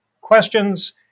questions